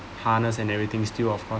harness and everything's still of course